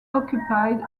occupied